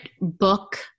book